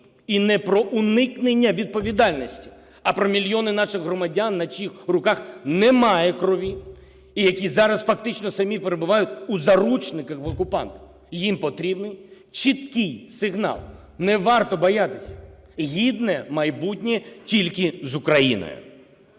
і не по уникнення відповідальності, а про мільйони наших громадян, на чиїх руках немає крові і які зараз фактично самі перебувають у заручниках в окупанта. Їм потрібен чіткий сигнал: не варто боятися, гідне майбутнє – тільки з Україною.